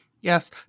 yes